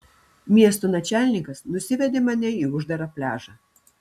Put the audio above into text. miesto načalnikas nusivedė mane į uždarą pliažą